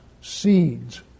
seeds